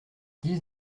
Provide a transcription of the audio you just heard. dix